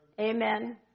Amen